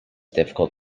difficult